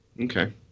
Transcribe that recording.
Okay